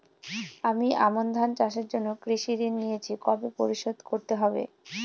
আমি আমন ধান চাষের জন্য কৃষি ঋণ নিয়েছি কবে পরিশোধ করতে হবে?